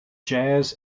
jazz